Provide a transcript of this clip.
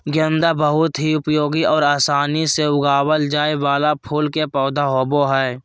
गेंदा बहुत ही उपयोगी और आसानी से उगावल जाय वाला फूल के पौधा होबो हइ